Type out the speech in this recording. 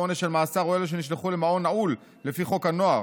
עונש של מאסר או אלה שנשלחו למעון נעול לפי חוק הנוער.